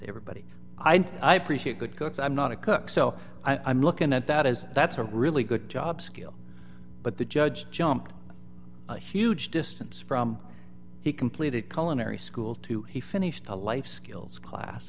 everybody i know i appreciate good cooks i'm not a cook so i'm looking at that as that's a really good job skill but the judge jumped a huge distance from he completed cullen every school to he finished a life skills class